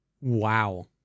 Wow